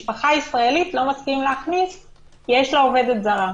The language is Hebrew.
ומשפחה ישראלית לא מכניסים כי יש לה עובדת זרה.